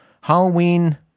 Halloween